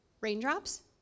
raindrops